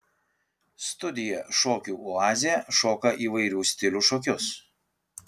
studija šokių oazė šoka įvairių stilių šokius